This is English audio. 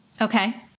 Okay